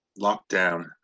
lockdown